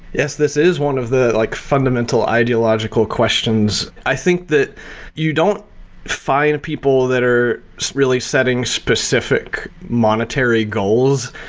yes. this is one of the like fundamental ideological questions. i think that you don't find people that are really setting specific monetary goals.